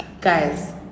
Guys